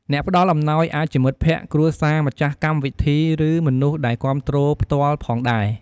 អ្នកផ្តល់អំណោយអាចជាមិត្តភក្ដិ គ្រួសារ ម្ចាស់កម្មវិធី ឬមនុស្សដែលគាំទ្រផ្ទាល់ផងដែរ។